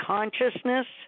Consciousness